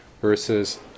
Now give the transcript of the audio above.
versus